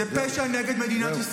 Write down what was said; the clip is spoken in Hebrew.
המציאות השתנתה,